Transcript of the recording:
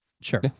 sure